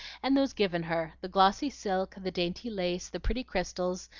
and those given her the glossy silk, the dainty lace, the pretty crystals,